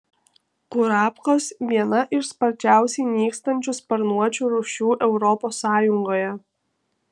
kurapkos viena iš sparčiausiai nykstančių sparnuočių rūšių europos sąjungoje